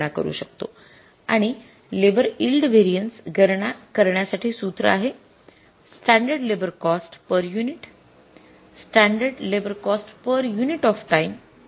आणि labour yield variance गणना करण्यासाठी सूत्र आहे standard labour cost per unit standard labour cost per unit of time